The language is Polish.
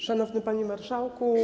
Szanowny Panie Marszałku!